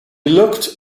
looked